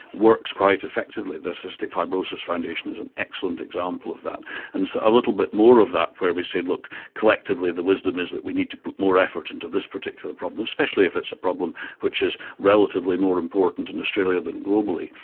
works quite effectively. the cystic fibrosis foundation is an excellent example of that, and so a little bit more of that where we said, look, collectively the wisdom is that we need to put more effort into this particular problem, especially if it's a problem which is relatively more important in australia than globally,